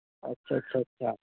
अच्छा अच्छा